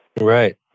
Right